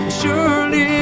surely